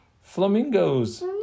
Flamingos